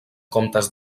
comptes